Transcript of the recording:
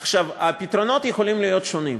עכשיו, פתרונות, יכולים להיות פתרונות שונים.